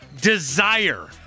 desire